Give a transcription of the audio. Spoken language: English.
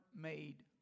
made